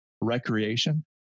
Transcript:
recreation